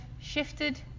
shifted